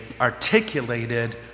articulated